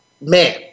Man